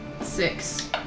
Six